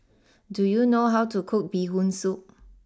do you know how to cook Bee Hoon Soup